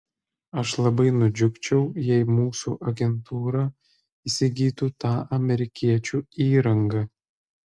aš labai nudžiugčiau jei mūsų agentūra įsigytų tą amerikiečių įrangą